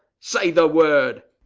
say the word.